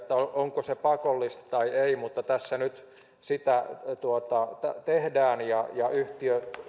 onko se pakollista vai ei mutta tässä sitä nyt tehdään ja ja